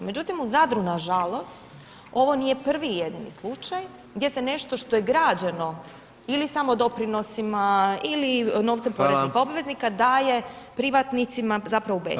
Međutim, u Zadru, nažalost, ovo nije prvi i jedini slučaj, gdje se nešto što je građeno ili samo doprinosima ili novcem poreznih obveznika daje privatnicima, zapravo u bescjenje.